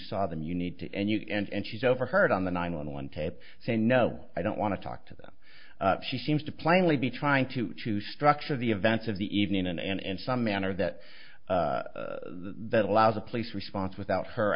saw them you need to end you and she's overheard on the nine one one tapes say no i don't want to talk to them she seems to plainly be trying to to structure the events of the evening and and in some manner that that allows a police response without her